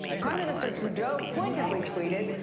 prime minister trudeau pointedly tweeted.